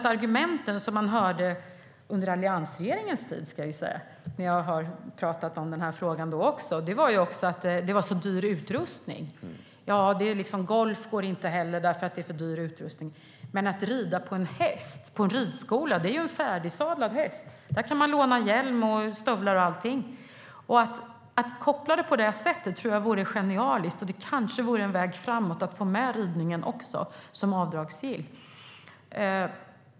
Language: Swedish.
Argumenten som man hörde under alliansregeringens tid - jag pratade om den här frågan då också - var att det är så dyr utrustning. Golf går inte heller därför att det är för dyr utrustning. Men att rida på en ridskola, ja, då är det ju en färdigsadlad häst, och man kan låna hjälm och stövlar och allting. Att koppla det på det sättet tror jag vore genialiskt, och det kanske vore en väg framåt för att få ridningen avdragsgill.